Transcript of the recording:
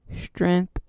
strength